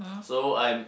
so I'm